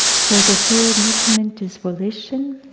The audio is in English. so the third nutriment is volition.